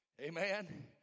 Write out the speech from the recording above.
Amen